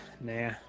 nah